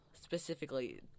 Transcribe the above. specifically